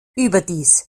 überdies